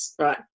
Right